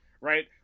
right